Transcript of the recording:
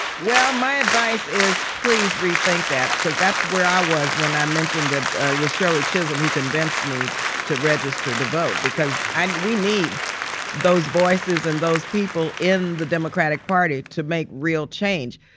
well, my advice is please rethink that because that's where i was when i mentioned that it was shirley chisholm who convinced me to register to vote because and we need those voices and those people in the democratic party to make real change.